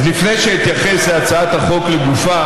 אז לפני שאתייחס להצעת החוק לגופה,